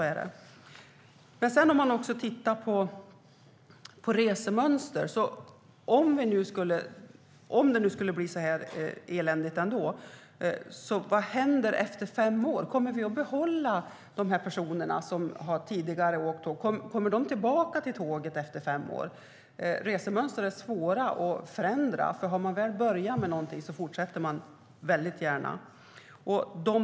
Om det nu ändå skulle bli så eländigt, vad händer efter fem år om man tittar på resemönster? Kommer vi att behålla de personer som tidigare har åkt tåg? Kommer de tillbaka till tåget efter fem år? Resemönster är svåra att förändra. Har man väl börjat med någonting fortsätter man gärna.